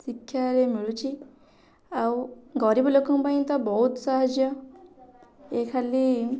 ଶିକ୍ଷାରେ ମିଳୁଛି ଆଉ ଗରିବ ଲୋକଙ୍କ ପାଇଁ ତ ବହୁତ ସାହାଯ୍ୟ ଏ ଖାଲି